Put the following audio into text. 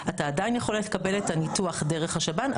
אתה עדיין יכול לקבל את הניתוח דרך השב"ן,